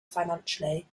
financially